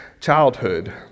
childhood